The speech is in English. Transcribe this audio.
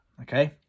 Okay